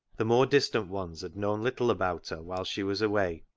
the more distant ones had known little about her whilst she was away,